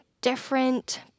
different